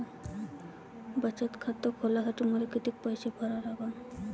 बचत खात खोलासाठी मले किती पैसे भरा लागन?